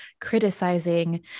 criticizing